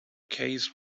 case